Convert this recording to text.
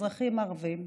אזרחים ערבים,